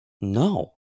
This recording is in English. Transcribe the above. No